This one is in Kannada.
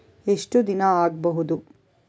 ಎಷ್ಟು ದಿನ ಆಗ್ಬಹುದು?